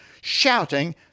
shouting